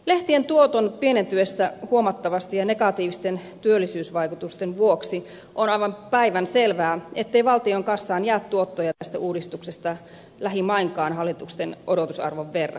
lehtien tuoton pienentyessä huomattavasti ja negatiivisten työllisyysvaikutusten vuoksi on aivan päivänselvää ettei valtion kassaan jää tuottoja tästä uudistuksesta lähimainkaan hallituksen odotusarvon verran